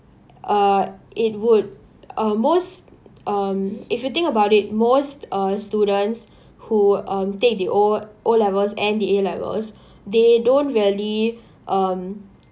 uh it would uh most um if you think about it most uh students who um take the O~ O-levels and the A-levels they don't really um